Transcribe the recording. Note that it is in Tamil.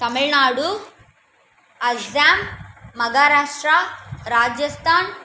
தமிழ்நாடு அஸ்ஸாம் மகாராஷ்ரா ராஜஸ்தான்